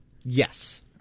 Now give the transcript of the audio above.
Yes